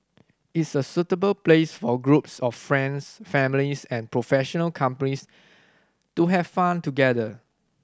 it's a suitable place for groups of friends families and professional companies to have fun together